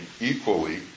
equally